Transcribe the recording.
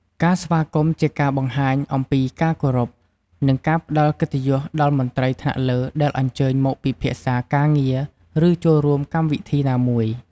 ការស្វាគមន៍ជាការបង្ហាញអំពីការគោរព និងការផ្តល់កិត្តិយសដល់មន្ត្រីថ្នាក់លើដែលអញ្ជើញមកពិភាក្សាការងារ ឬចូលរួមកម្មវិធីណាមួយ។